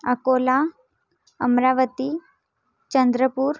Akola Amravati Chandrapur